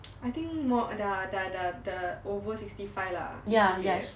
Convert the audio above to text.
I think more the the the the over sixty five lah